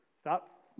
stop